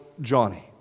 Johnny